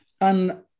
And-